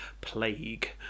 plague